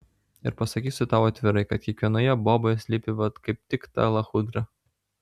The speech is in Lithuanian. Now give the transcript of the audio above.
ir pasakysiu tau atvirai kad kiekvienoje boboje slypi va kaip tik ta lachudra